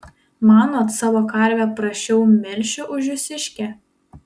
manot savo karvę prasčiau melšiu už jūsiškę